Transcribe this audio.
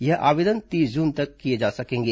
यह आवेदन तीस जून तक किए जा सकेंगे